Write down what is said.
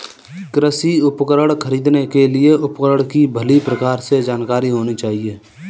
कृषि उपकरण खरीदने के लिए उपकरण की भली प्रकार से जानकारी होनी चाहिए